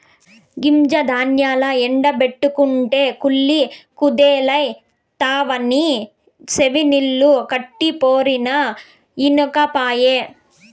గింజ ధాన్యాల్ల ఎండ బెట్టకుంటే కుళ్ళి కుదేలైతవని చెవినిల్లు కట్టిపోరినా ఇనకపాయె